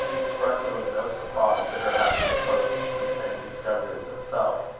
expressive of no surprise at her having approached the same discovery as himself,